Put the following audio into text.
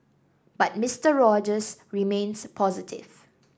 but Mister Rogers remains positive